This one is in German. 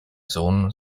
sohn